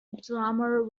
drummer